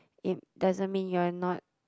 it doesn't mean you're not